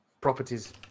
properties